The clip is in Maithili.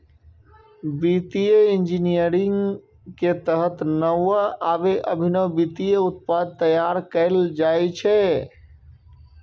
वित्तीय इंजीनियरिंग के तहत नव आ अभिनव वित्तीय उत्पाद तैयार कैल जाइ छै